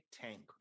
tank